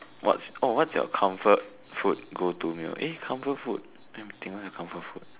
what's orh your comfort food go to meal eh comfort food let me think what comfort food